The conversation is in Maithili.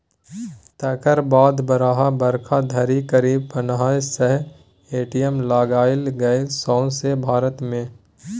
तकर बाद बारह बरख धरि करीब पनरह सय ए.टी.एम लगाएल गेलै सौंसे भारत मे